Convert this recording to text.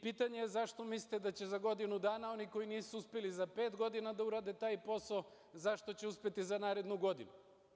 Pitanje je zašto mislite da će za godinu dana oni koji nisu uspeli za pet godina da urade taj posao, zašto će uspeti za narednu godinu?